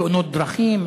תאונות דרכים,